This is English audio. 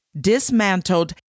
dismantled